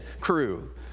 crew